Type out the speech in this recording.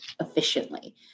efficiently